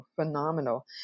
phenomenal